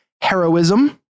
heroism